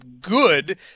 good